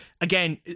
again